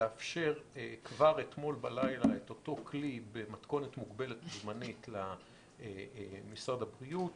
לאפשר כבר אתמול בלילה את אותו כלי במתכונת מוגבלת וזמנית למשרד הבריאות